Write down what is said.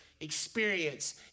experience